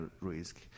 risk